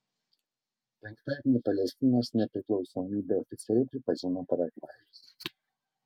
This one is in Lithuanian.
penktadienį palestinos nepriklausomybę oficialiai pripažino paragvajus